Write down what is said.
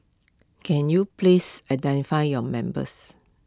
can you please identify your members